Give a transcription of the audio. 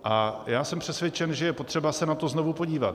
A já jsem přesvědčen, že je potřeba se na to znovu podívat.